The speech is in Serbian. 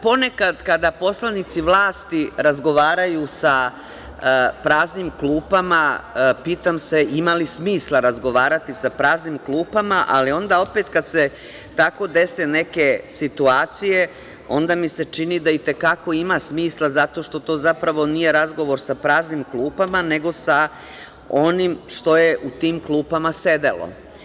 Ponekad kada poslanici vlasti razgovaraju sa praznim klupama, pitam se ima li smisla razgovarati sa praznim klupama, ali onda opet kad se tako dese neke situacije, onda mi se čini da i te kako ima smisla, zato što to zapravo nije razgovor sa praznim klupama, nego sa onim što je u tim klupama sedelo.